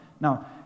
Now